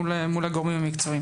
מול הגורמים המקצועיים.